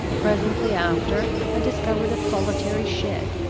presently after, i discovered a solitary shed,